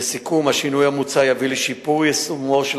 לסיכום, השינוי המוצע יביא לשיפור יישומו של